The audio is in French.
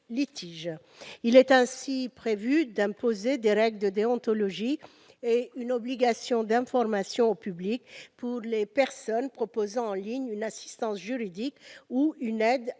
Il est ainsi prévu d'imposer des règles de déontologie et une obligation d'information du public aux personnes proposant en ligne une assistance juridique ou une aide à la saisine